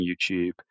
YouTube